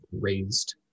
raised